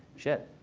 shit.